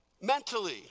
Mentally